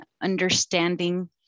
understanding